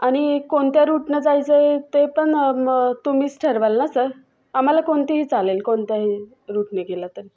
आणि कोणत्या रूटनं जायचं आहे ते पण मग तुम्हीच ठरवाल ना सर आम्हाला कोणतीही चालेल कोणत्याही रुटने गेला तर